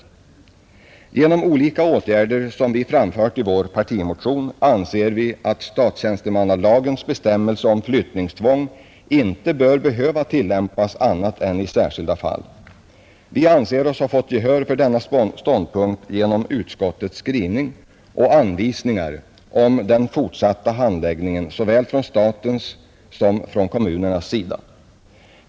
På grund av olika åtgärder som vi angivit i vår partimotion anser vi att statstjänstemannalagens bestämmelser om flyttningstvång inte bör behöva tillämpas annat än i särskilda fall, Vi anser oss ha fått gehör för denna ståndpunkt genom utskottets skrivning och anvisningar om den fortsatta handläggningen såväl från statens som från kommunernas sida.